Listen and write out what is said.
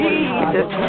Jesus